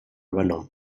übernommen